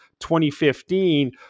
2015